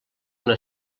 una